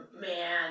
man